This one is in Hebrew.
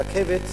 רכבת,